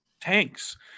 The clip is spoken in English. tanks